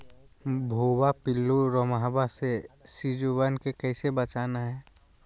भुवा पिल्लु, रोमहवा से सिजुवन के कैसे बचाना है?